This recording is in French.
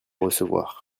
recevoir